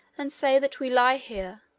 and say that we lie here,